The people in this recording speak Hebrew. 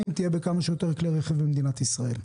תהיה בכמה שיותר כלי רכב במדינת ישראל.